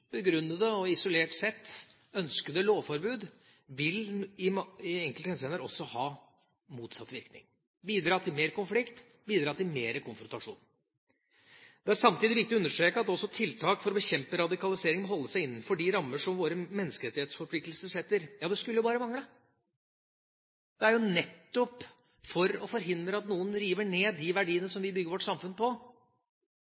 begrunnede og isolert sett ønskede lovforbud i enkelte henseender også vil ha motsatt virkning, bidra til mer konflikt, bidra til mer konfrontasjon. Det er samtidig viktig å understreke at tiltak for å bekjempe radikalisering må holde seg innenfor de rammer som våre menneskerettighetsforpliktelser setter. Det skulle bare mangle! Det er jo nettopp det å forhindre at noen river ned de verdiene som